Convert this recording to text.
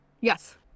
Yes